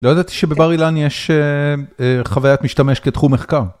לא ידעתי שבבר אילן יש חוויית משתמש כתחום מחקר.